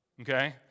Okay